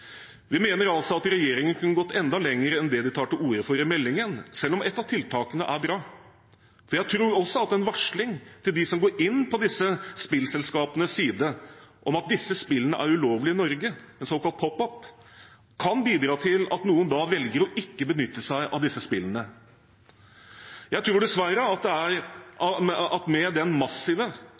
Vi mener altså at regjeringen kunne gått enda lenger enn det de tar til orde for i meldingen, selv om ett av tiltakene er bra. Jeg tror også at en varsling av dem som går inn på disse spillselskapenes side, om at disse spillene er ulovlige i Norge, en såkalt pop-up, kan bidra til at noen da velger ikke å benytte seg av disse spillene. Jeg tror dessverre at